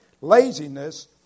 laziness